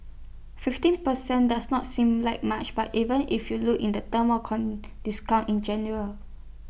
fifteen per cent does not sing like much but even if you look in the term discount in general